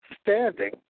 standing